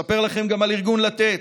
אספר לכם גם על ארגון לתת,